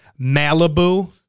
Malibu